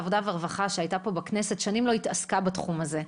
העבודה והרווחה שהייתה פה בכנסת לא התעסקה בתחום הזה שנים.